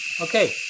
okay